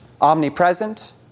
omnipresent